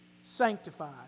sanctified